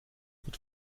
wird